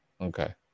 okay